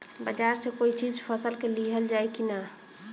बाजार से कोई चीज फसल के लिहल जाई किना?